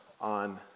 on